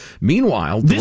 Meanwhile